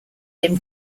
him